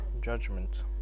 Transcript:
judgment